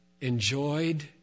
enjoyed